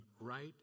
right